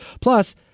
Plus